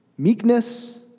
Meekness